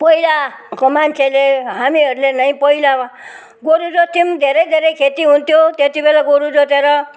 पहिलाको मान्छेले हामीहरूले नै पहिला गोरु जोत्थ्यौँ धेरै धेरै खेती हुन्थ्यो त्यति बेला गोरु जोतेर